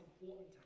important